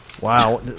Wow